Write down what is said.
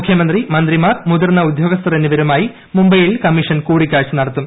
മുഖ്യമന്ത്രി മന്ത്രിമൂാർ മുതിർന്ന ഉദ്യോഗസ്ഥർ എന്നിവരുമായി മുംബ്ലൈയിൽ കമ്മീഷൻ കൂടിക്കാഴ്ച നടത്തും